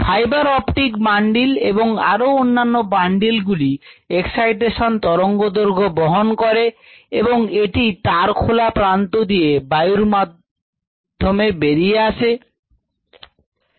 fibre optic bundle গুলি spectra fluorimeter থেকে excitation তরঙ্গদৈর্ঘ্য বহন করে এবং এটি খোলা প্রান্ত দিয়ে বায়োরিএক্টর এর বাইরে পরিচালিত হয়